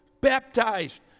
baptized